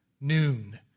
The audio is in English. noon